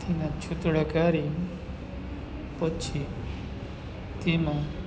તેના છુંતળો કરી પછી તેમાં